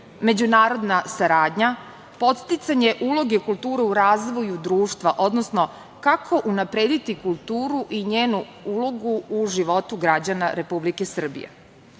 međunarodna saradnja, podsticanje uloge kulture u razvoju društva, odnosno kako unaprediti kulturu i njenu ulogu u životu građana Republike Srbije.